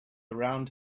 around